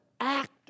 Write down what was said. Act